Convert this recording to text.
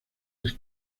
les